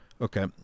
Okay